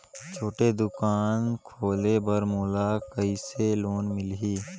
छोटे दुकान खोले बर मोला कइसे लोन मिलही?